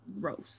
Gross